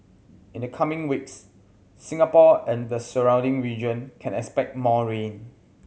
in the coming weeks Singapore and the surrounding region can expect more rain